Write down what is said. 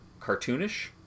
cartoonish